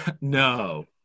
No